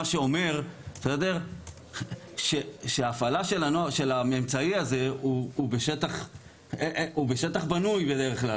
מה שאומר שההפעלה של האמצעי הזה הוא בשטח בנוי בדרך כלל,